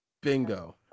Bingo